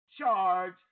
charge